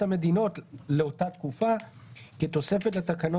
להתמודדות עם נגיף הקורונה החדש (הוראת שעה),